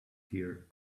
here